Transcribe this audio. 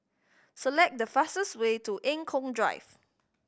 select the fastest way to Eng Kong Drive